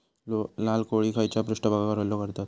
लाल कोळी खैच्या पृष्ठभागावर हल्लो करतत?